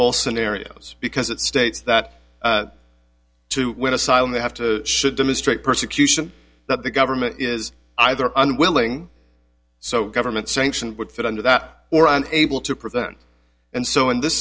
bowl scenarios because it states that to win asylum they have to should demonstrate persecution that the government is either unwilling so government sanctioned would fit under that or aren't able to prevent and so in this